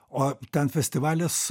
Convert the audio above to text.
o ten festivalis